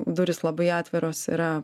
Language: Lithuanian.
durys labai atviros yra